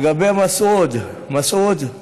לגבי מסעוד, מסעוד,